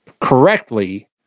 correctly